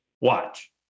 watch